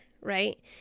right